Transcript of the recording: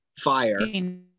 fire